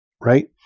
right